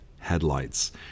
Headlights